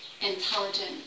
intelligent